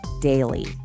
daily